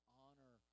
honor